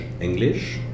English